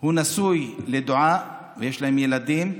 הוא נשוי לדואה ויש להם ילדים,